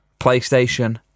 PlayStation